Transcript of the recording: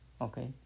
Okay